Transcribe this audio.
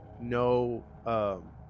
no